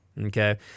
Okay